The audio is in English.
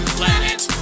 Planet